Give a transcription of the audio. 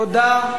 תודה.